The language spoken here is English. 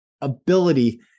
ability